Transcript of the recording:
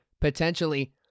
potentially